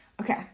Okay